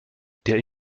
der